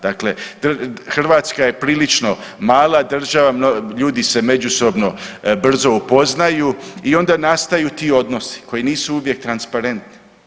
Dakle, Hrvatska je prilično mala država, ljudi se međusobno brzo upoznaju i onda nastaju ti odnosi, koji nisu uvijek transparentni.